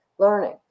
learning